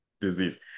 disease